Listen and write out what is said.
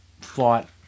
fought